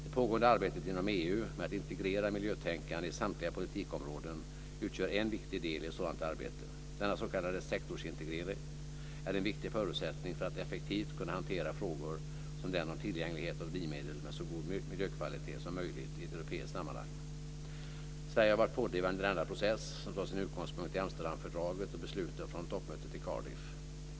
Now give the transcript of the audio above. Det pågående arbetet inom EU med att integrera miljötänkande i samtliga politikområden utgör en viktig del i ett sådant arbete. Denna s.k. sektorsintegration är en viktig förutsättning för att effektivt kunna hantera frågor som den om tillgänglighet av drivmedel med så god miljökvalitet som möjligt i ett europeiskt sammanhang. Sverige har varit pådrivande i denna process som tar sin utgångspunkt i Amsterdamfördraget och besluten från toppmötet i Cardiff 1988.